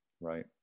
Right